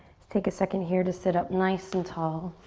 let's take a second here to sit up nice and tall.